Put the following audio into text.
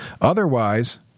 Otherwise